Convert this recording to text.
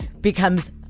becomes